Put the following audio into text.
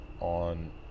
on